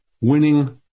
winning